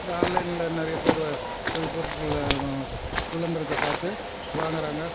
இந்த ஆன்லைனில் நிறையப் பேர் போய் பொருட்களை விளம்பரத்தை பார்த்து வாங்குகிறாங்க